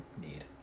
need